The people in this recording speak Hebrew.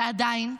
ועדיין,